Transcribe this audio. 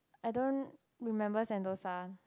I don't remember Sentosa